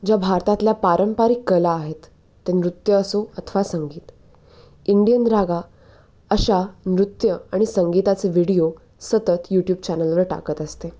ज्या भारतातल्या पारंपरिक कला आहेत ते नृत्य असो अथवा संगीत इंडियन रागा अशा नृत्य आणि संगीताचे व्हिडिओ सतत यूट्यूब चॅनलवर टाकत असते